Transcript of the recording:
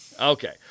Okay